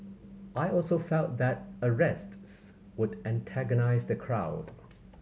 I also felt that arrests would antagonise the crowd